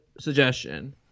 suggestion